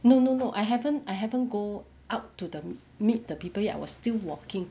no no no I haven't I haven't go up to the meet the people yet I was still walking